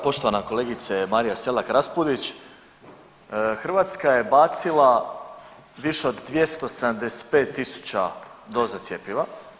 Poštovana kolegice Marija Selak-Raspudić Hrvatska je bacila više od 275000 doza cjepiva.